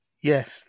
Yes